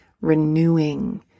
renewing